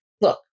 look